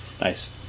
nice